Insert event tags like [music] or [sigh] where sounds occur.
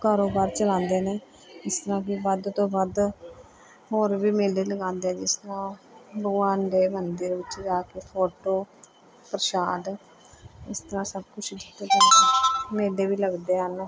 ਕਾਰੋਬਾਰ ਚਲਾਉਂਦੇ ਨੇ ਇਸ ਤਰ੍ਹਾਂ ਕਿ ਵੱਧ ਤੋਂ ਵੱਧ ਹੋਰ ਵੀ ਮੇਲੇ ਲਗਾਉਂਦੇ ਜਿਸ ਤਰ੍ਹਾਂ ਭਗਵਾਨ ਦੇ ਮੰਦਰ ਵਿੱਚ ਜਾ ਕੇ ਫੋਟੋ ਪ੍ਰਸ਼ਾਦ ਇਸ ਤਰ੍ਹਾਂ ਸਭ ਕੁਛ [unintelligible] ਮੇਲੇ ਵੀ ਲੱਗਦੇ ਹਨ